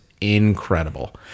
incredible